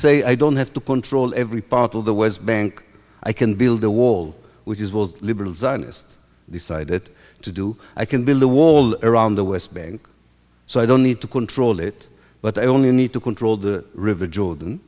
say i don't have to control every part of the west bank i can build a wall which is was liberal zionist decided to do i can build a wall around the west bank so i don't need to control it but i only need to control the river jordan